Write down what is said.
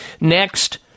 Next